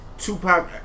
Tupac